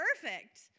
perfect